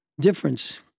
difference